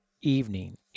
evening